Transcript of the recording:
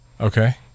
Okay